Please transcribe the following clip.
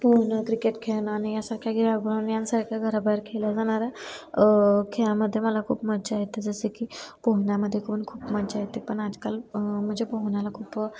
पोहणं क्रिकेट खेळणं आणि या सारख्या यासारख्या घराबाहेर खेळल्या जाणाऱ्या खेळामध्ये मला खूप मज्जा येते जसे की पोहण्यामध्ये घेऊन खूप मज्जा येते पण आजकाल म्हणजे पोहण्याला खूप